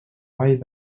vall